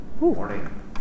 morning